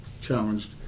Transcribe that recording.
challenged